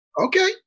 Okay